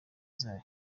zayo